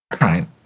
right